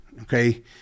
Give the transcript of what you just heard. Okay